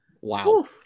Wow